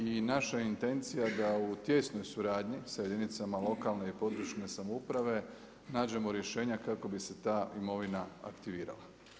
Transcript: I naša je intencija da u tijesnoj suradnji sa jedinicama lokalne i područne samouprave nađemo rješenja kako bi se ta imovina aktivirala.